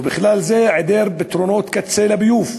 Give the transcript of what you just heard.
ובכלל זה היעדר פתרונות קצה לביוב,